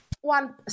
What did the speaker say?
one